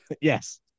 Yes